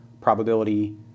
probability